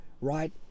right